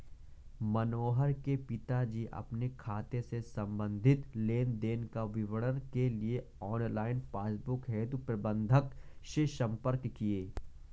मनोहर के पिताजी अपने खाते से संबंधित लेन देन का विवरण के लिए ऑनलाइन पासबुक हेतु प्रबंधक से संपर्क किए